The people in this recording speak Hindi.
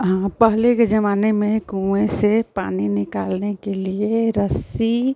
हाँ पहले के ज़माने में कुएँ से पानी निकालने के लिए रस्सी